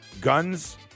guns